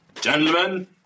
Gentlemen